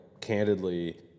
candidly